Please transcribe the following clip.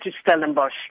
Stellenbosch